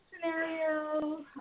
scenario